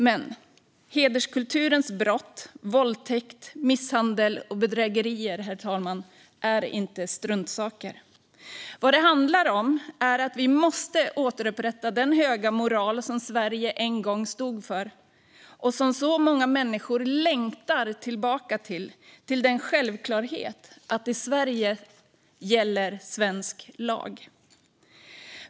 Men hederskulturens brott, våldtäkter, misshandel och bedrägerier, herr talman, är inte struntsaker. Vad det handlar om är att vi måste återupprätta den höga moral som Sverige en gång stod för och som så många människor längtar tillbaka till - till den självklarhet att i Sverige gäller svensk lag.